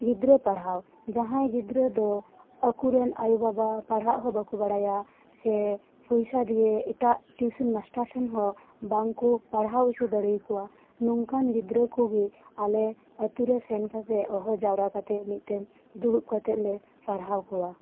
ᱜᱤᱫᱽᱨᱟᱹ ᱯᱟᱲᱦᱟᱣ ᱡᱟᱦᱟᱭ ᱜᱤᱫᱽᱨᱟᱹ ᱫᱚ ᱟᱹᱠᱩᱨᱮᱱ ᱟᱭᱳ ᱵᱟᱵᱟ ᱯᱟᱲᱦᱟᱜ ᱦᱚᱸ ᱵᱟᱠᱚ ᱵᱟᱲᱟᱭᱟ ᱥᱮ ᱯᱚᱭᱥᱟ ᱫᱤᱭᱮ ᱮᱴᱟᱜ ᱴᱤᱭᱩᱥᱮᱱ ᱢᱟᱥᱴᱟᱨ ᱴᱷᱮᱱ ᱦᱚᱸ ᱵᱟᱝ ᱠᱚ ᱯᱟᱲᱦᱟᱣ ᱚᱪᱚ ᱫᱟᱲᱮᱭᱟᱠᱩᱭᱟ ᱱᱚᱝᱠᱟᱱ ᱜᱤᱫᱽᱨᱟᱹ ᱠᱚᱜᱮ ᱟᱞᱮ ᱟᱹᱛᱩ ᱨᱮ ᱥᱮᱱ ᱠᱟᱛᱮ ᱦᱚᱦᱚ ᱡᱟᱣᱨᱟ ᱠᱟᱛᱮᱫ ᱢᱤᱫᱴᱮᱱ ᱫᱩᱲᱩᱵ ᱡᱟᱣᱨᱟ ᱠᱟᱛᱮᱞᱮ ᱯᱟᱲᱦᱟᱣ ᱠᱚᱣᱟ